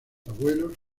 abuelos